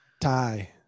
tie